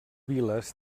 viles